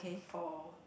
for